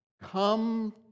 come